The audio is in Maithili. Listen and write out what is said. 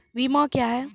बीमा क्या हैं?